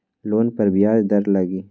Loan पर ब्याज दर लगी?